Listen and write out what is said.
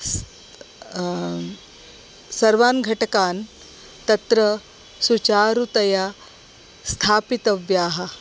स् सर्वान् घटकान् तत्र सुचारुतया स्थापितव्याः